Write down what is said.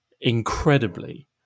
incredibly